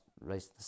race